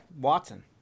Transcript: Watson